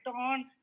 on